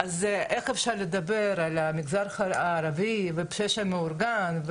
איך אפשר לדבר על המגזר הערבי ופשע מאורגן?